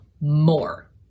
more